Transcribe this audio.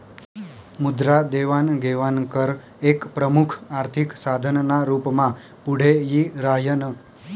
मुद्रा देवाण घेवाण कर एक प्रमुख आर्थिक साधन ना रूप मा पुढे यी राह्यनं